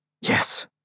Yes